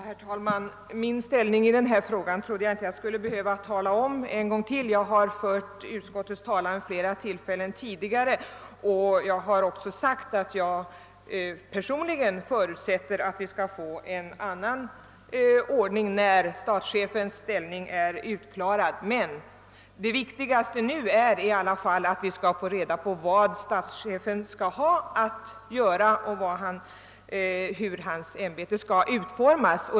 Herr talman! Min ställning i denna fråga trodde jag inte att jag skulle behöva redovisa ännu en gång. Jag har fört utskottets talan vid flera tidigare tillfällen och har också sagt att jag personligen förutsätter att vi skall få en annan ordning när statschefens ställning är utklarad. Det viktigaste nu är ändock att vi skall få reda på vilka uppgifter statschefen skall ha och hur hans ämbete skall utformas.